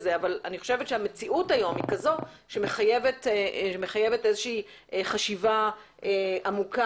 אבל אני חושבת שהמציאות היום היא כזו שמחייבת איזה שהיא חשיבה עמוקה,